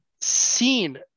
seen